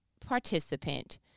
participant